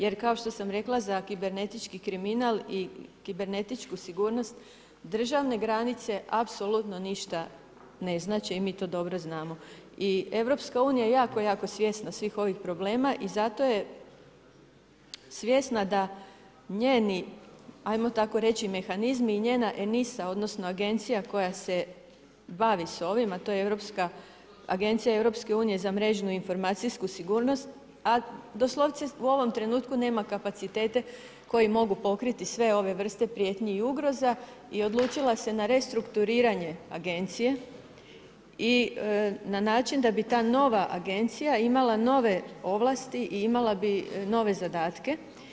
Jer kao što sam rekla, za kibernetički kriminal i kibernetičku sigurnost, državne granice, apsolutno ništa ne znače i mi to dobro znamo i EU je jako jako svjesna svih ovih problema i zato je svjesna da njeni ajmo tako reći, mehanizmi i njena enisa, odnosno, agencija koja se bavi sa ovim, a to je Agencija EU za mrežnu informacijsku sigurnost, a doslovce u ovom trenutku nema kapacitete, koje mogu pokriti sve ove vrste prijetnji i ugora i odlučila se na restrukturiranje agencije i na način, da bi ta nova agencija imala nove ovlasti i imala bi nove zadatke.